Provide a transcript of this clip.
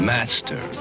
Master